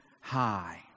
high